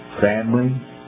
family